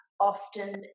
often